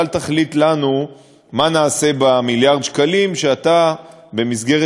אל תחליט לנו מה נעשה במיליארד שקלים שאתה במסגרת